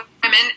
Women